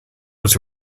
was